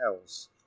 else